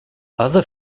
other